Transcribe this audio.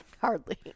Hardly